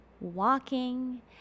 walking